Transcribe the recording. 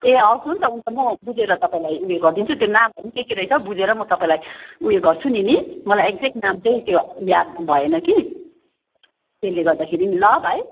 ए हवस् हुन्छ हुन्छ म बुझेर त्यो उयो गरिदिन्छु त्यो नामहरू नि के के रहेछ बुझेर म तपाईँलाई उयो गर्छु नि नि मलाई एक्जेक्ट नाम चाहिँ त्यो याद भएन कि त्यसले गर्दाखेरि पनि ल भाइ